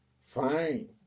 fine